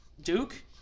Duke